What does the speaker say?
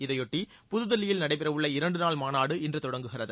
இதையொட்டி புதுதில்லியில் நடைபெறவுள்ள இரண்டு நாள் மாநாடு இன்று தொடங்குகிறது